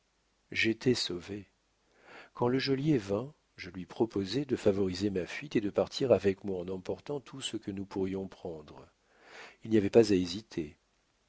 j'étais sauvé quand le geôlier vint je lui proposai de favoriser ma fuite et de partir avec moi en emportant tout ce que nous pourrions prendre il n'y avait pas à hésiter